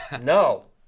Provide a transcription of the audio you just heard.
No